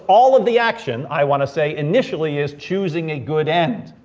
all of the action i wanna say initially is choosing a good end.